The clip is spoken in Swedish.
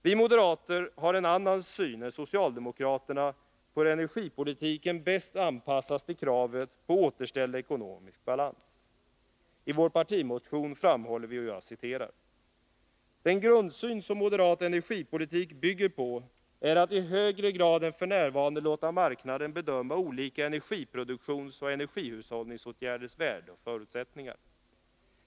Vi moderater har en annan syn än socialdemokraterna på hur energipolitiken bäst anpassas till kravet på återställd ekonomisk balans. I vår partimotion framhåller vi: ”Den grundsyn som moderat energipolitik bygger på är att i högre grad än f.n. låta marknaden bedöma olika energiproduktionsoch energihushållningsåtgärders värde och förutsättningar.